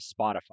Spotify